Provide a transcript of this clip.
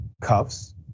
cuffs